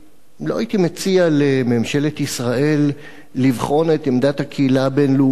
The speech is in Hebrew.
לא הייתי מציע לממשלת ישראל לבחון את עמדת הקהילה הבין-לאומית